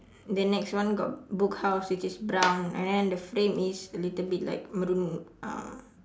the next one got book house which is brown and then the frame is a little bit like maroon ah